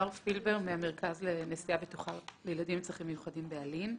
המרכז לנסיעה בטוחה עם צרכים לילדים בטוחים באלי"ן.